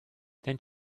then